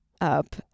up